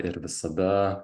ir visada